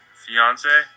fiance